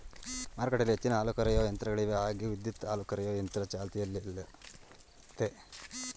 ಮಾರುಕಟ್ಟೆಲಿ ಹೆಚ್ಚಿನ ಹಾಲುಕರೆಯೋ ಯಂತ್ರಗಳಿವೆ ಹಾಗೆ ವಿದ್ಯುತ್ ಹಾಲುಕರೆಯೊ ಯಂತ್ರ ಚಾಲ್ತಿಯಲ್ಲಯ್ತೆ